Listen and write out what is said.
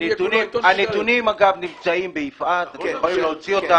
הנתונים נמצאים ביפע"ת אפשר להוציא אותם